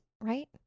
right